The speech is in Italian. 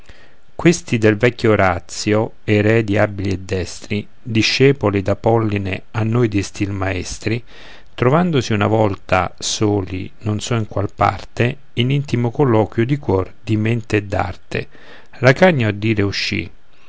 questi del vecchio orazio eredi abili e destri discepoli d'apolline a noi di stil maestri trovandosi una volta soli non so in qual parte in intimo colloquio di cuor di mente e d'arte racanio a dire uscì